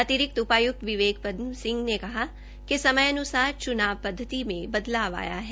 अतिरिक्त उपायुक्त विवक पदम सिहं ने कहा कि समयानुसार चुनाव पद्वति में बदलाव आया है